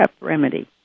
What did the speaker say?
remedy